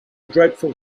dreadful